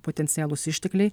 potencialūs ištekliai